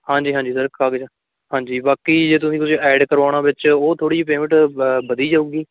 ਹਾਂਜੀ ਹਾਂਜੀ ਸਰ ਕਾਗਜ਼ਾਂ ਹਾਂਜੀ ਬਾਕੀ ਜੇ ਤੁਸੀਂ ਕੁਛ ਐਡ ਕਰਵਾਉਣਾ ਵਿੱਚ ਉਹ ਥੋੜ੍ਹੀ ਜਿਹੀ ਪੇਮੈਂਟ ਵ ਵਧੀ ਜਾਉਗੀ